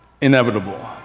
inevitable